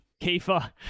Kiefer